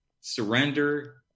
Surrender